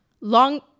long